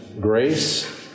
Grace